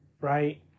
Right